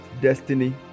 destiny